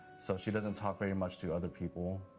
so she doesn't talk very much to other people.